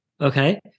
Okay